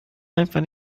einfach